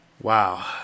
Wow